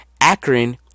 Akron